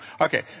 Okay